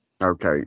Okay